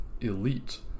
elite